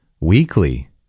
weekly